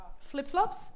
Flip-flops